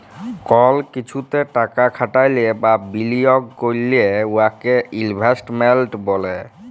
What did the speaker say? call কিছুতে টাকা খাটাইলে বা বিলিয়গ ক্যইরলে উয়াকে ইলভেস্টমেল্ট ব্যলে